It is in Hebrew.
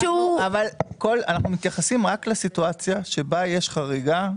--- אנחנו מתייחסים רק לסיטואציה שבה יש חריגה,